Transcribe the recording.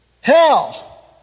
hell